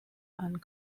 and